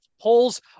Polls